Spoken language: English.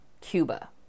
Cuba